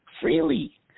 freely